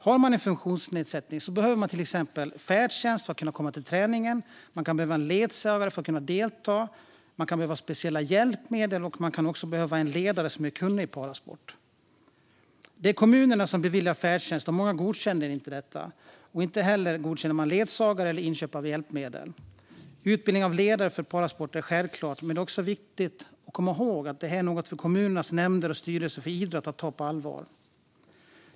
Har man en funktionsnedsättning kan man till exempel behöva färdtjänst för att komma till träningen. Man kan behöva en ledsagare för att kunna delta. Man kan behöva speciella hjälpmedel. Man kan också behöva en ledare som är kunnig i parasport. Det är kommunerna som beviljar färdtjänst. Många godkänner inte detta. Inte heller godkänner man ledsagare eller inköp av hjälpmedel. Utbildning av ledare för parasport är något självklart, men det är också viktigt att komma ihåg att det här är något för kommunernas nämnder och styrelser för idrott att ta på allvar.